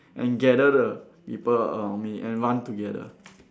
and gather the people around me and run together